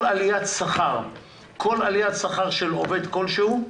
כל עליית שכר של עובד כלשהו,